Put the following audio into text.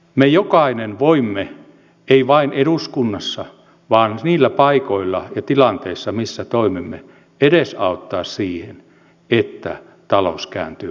me jokainen voimme emme vain eduskunnassa vaan niillä paikoilla ja niissä tilanteissa missä toimimme edesauttaa sitä että talous kääntyy kasvuun